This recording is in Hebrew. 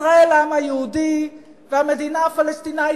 ישראל לעם היהודי והמדינה הפלסטינית